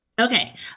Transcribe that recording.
okay